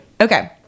Okay